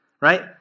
right